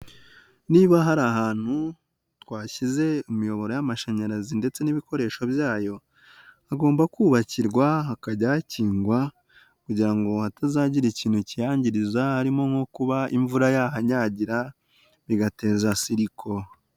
Niba hari ahantu twashyize imiyoboro y'amashanyarazi ndetse n'ibikoresho byayo, hagomba kubakirwa, hakajya hakingwa kugira ngo hatazagira ikintu kihangiriza, harimo nko kuba imvura yahanyagira, bigateza siriko.